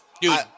Dude